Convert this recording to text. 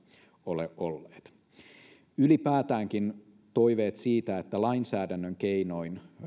ole ollut ylipäätäänkin toiveet siitä että lainsäädännön keinoin